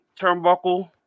turnbuckle